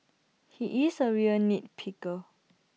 he is A real nit picker